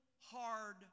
hard